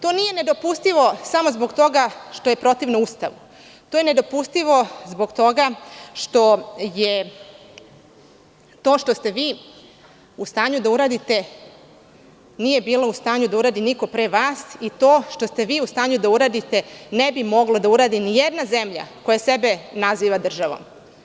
To nije nedopustivo samo zbog toga što je protivustavno, to je nedopustivo zbog toga što ste vi bili u stanju da uradite, nije bio u stanju da uradi niko pre vas, i to što ste vi u stanju da uradite, ne bi mogla da uradi ni jedna zemlja koja sebe naziva državom.